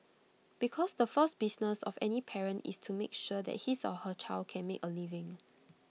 because the first business of any parent is to make sure that his or her child can make A living